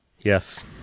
Yes